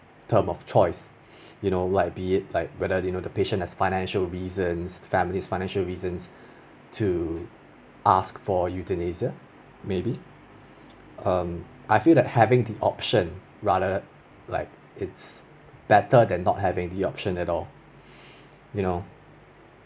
term of choice you know like be it like whether you know the patient has financial reasons family's financial reasons to ask for euthanasia maybe um I feel that having the option rather like it's better than not having the option at all you know